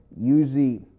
usually